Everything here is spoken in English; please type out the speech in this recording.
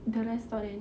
the restaurant